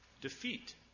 defeat